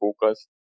focus